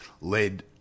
led